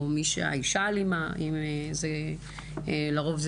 או האישה האלימה לרוב,